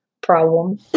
problem